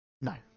No